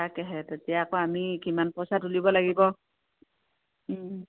তাকেহে তেতিয়া আকৌ আমি কিমান পইচা তুলিব লাগিব